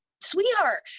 sweetheart